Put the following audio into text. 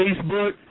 Facebook